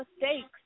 mistakes